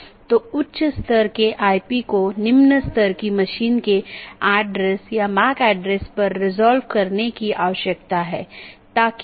इसका मतलब है कि यह एक प्रशासनिक नियंत्रण में है जैसे आईआईटी खड़गपुर का ऑटॉनमस सिस्टम एक एकल प्रबंधन द्वारा प्रशासित किया जाता है यह एक ऑटॉनमस सिस्टम हो सकती है जिसे आईआईटी खड़गपुर सेल द्वारा प्रबंधित किया जाता है